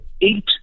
eight